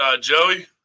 Joey